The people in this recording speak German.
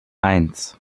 eins